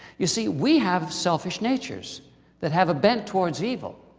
you see, we have selfish natures that have a bent towards evil.